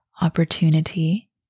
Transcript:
opportunity